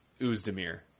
Uzdemir